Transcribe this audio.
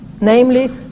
namely